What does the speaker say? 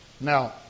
now